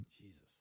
Jesus